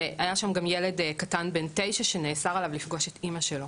והיה שם ילד קטן בן תשע שנאסר עליו לפגוש את אמא שלו,